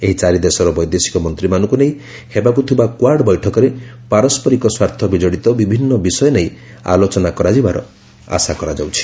ଏହି ଚାରି ଦେଶର ବୈଦେଶିକ ମନ୍ତ୍ରୀମାନଙ୍କୁ ନେଇ ହେବାକୁଥିବା କ୍ୱାଡ ବୈଠକରେ ପାରସ୍କରିକ ସ୍ୱାର୍ଥ ବିଜଡ଼ିତ ବିଭିନ୍ନ ବିଷୟ ନେଇ ଆଲୋଚନା କରାଯିବାର ଆଶା କରାଯାଉଛି